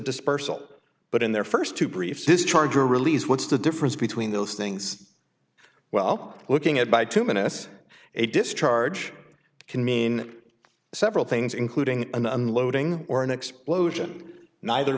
dispersal but in their first two brief this charger released what's the difference between those things well looking at by two miss a discharge can mean several things including an unloading or an explosion neither